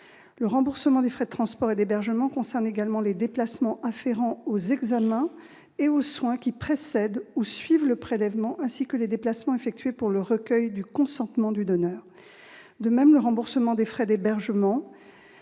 Le remboursement des frais de transport et d'hébergement concerne également les déplacements afférents aux examens et aux soins qui précèdent ou suivent le prélèvement, ainsi que les déplacements effectués pour le recueil du consentement du donneur. De même, le remboursement des frais d'hébergement